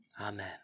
Amen